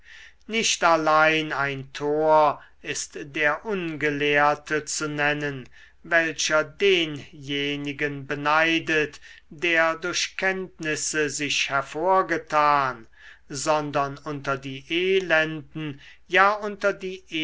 nicht allein ein tor ist der ungelehrte zu nennen welcher denjenigen beneidet der durch kenntnisse sich hervorgetan sondern unter die elenden ja unter die